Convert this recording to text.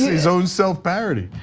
his own self parody,